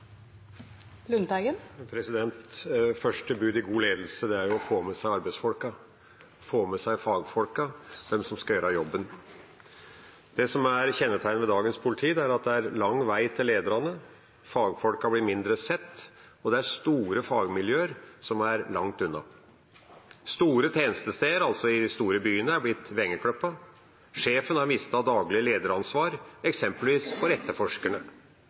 Første bud i god ledelse er å få med seg arbeidsfolka, få med seg fagfolka, de som skal gjøre jobben. Det som er kjennetegnet ved dagens politi, er at det er lang vei til lederne, fagfolka blir mindre sett, og det er store fagmiljøer som er langt unna. Store tjenestesteder, altså i de store byene, er blitt vingeklippet. Sjefen har mistet daglig leder-ansvar, eksempelvis for etterforskerne.